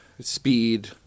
speed